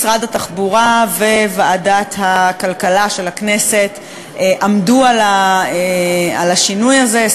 משרד התחבורה וועדת הכלכלה של הכנסת עמדו על השינוי הזה,